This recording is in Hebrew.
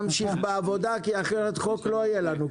נמשיך בעבודה כי אחרת לא יהיה לנו חוק.